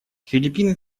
филиппины